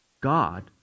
God